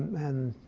and